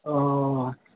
اوہ